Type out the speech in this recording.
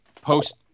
post